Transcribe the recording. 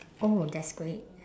oh that's great